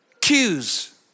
Cues